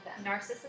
Narcissism